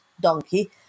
donkey